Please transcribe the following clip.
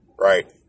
right